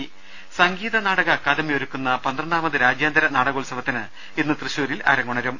ദേദ സംഗീതനാടക അക്കാദമി ഒരുക്കുന്ന പന്ത്രണ്ടാമത് രാജ്യാന്തര നാടകോത്സവത്തിന് ഇന്ന് തൃശൂരിൽ അരങ്ങുണരും